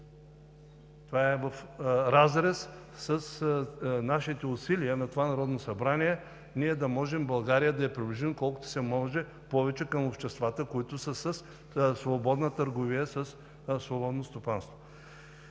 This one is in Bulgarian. Това е в разрез с нашите усилия – на това Народно събрание, да можем да приближим България колкото се може повече към обществата, които са със свободна търговия, със свободно стопанство.